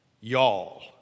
y'all